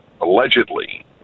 allegedly